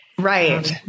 Right